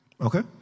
Okay